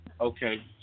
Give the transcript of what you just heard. okay